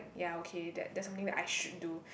ya okay that that's something I should do